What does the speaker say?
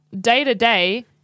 day-to-day